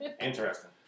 Interesting